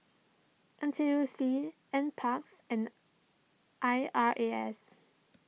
N T U C NParks and I R A S